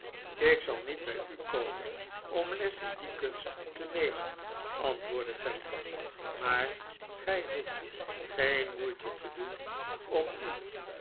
ik zal niet bij u komen om les in die kunst te nemen antwoordde fanny maar gij hoeft geen moeite te doen om nik